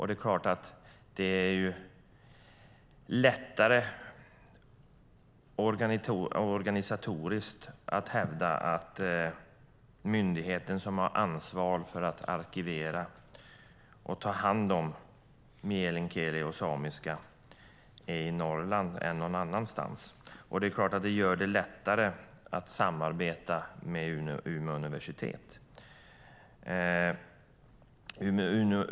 Det är klart att det är lättare organisatoriskt om den myndighet som har ansvar för att arkivera och ta hand om meänkieli och samiska finns i Norrland än om den finns någon annanstans. Det är klart att det gör det lättare att samarbeta med Umeå universitet.